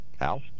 Al